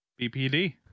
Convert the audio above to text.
BPD